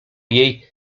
jej